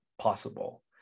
possible